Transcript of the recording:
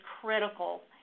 critical